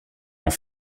veux